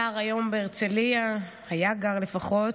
גר היום בהרצליה, היה גר לפחות.